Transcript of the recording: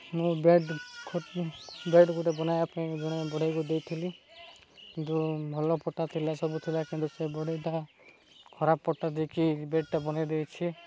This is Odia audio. ମୁଁ ବେଡ଼୍ ଖଟ ବେଡ଼୍ ଗୋଟେ ବନାଇବା ପାଇଁ ଜଣେ ବଢ଼େଇକୁ ଦେଇଥିଲି କିନ୍ତୁ ଭଲ ପଟା ଥିଲା ସବୁ ଥିଲା କିନ୍ତୁ ସେ ବଢ଼େଇଟା ଖରାପ ପଟା ଦେଇକି ବେଡ଼୍ଟା ବନେଇ ଦେଇଛି